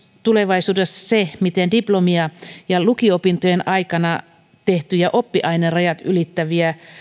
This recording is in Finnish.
tulevaisuudessa myös se miten diplomia ja lukio opintojen aikana tehtyjä oppiainerajat ylittäviä